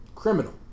Criminal